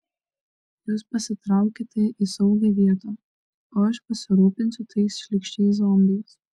jūs pasitraukite į saugią vietą o aš pasirūpinsiu tais šlykščiais zombiais